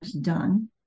Done